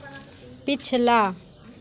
पिछला